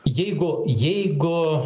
jeigu jeigu